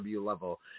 level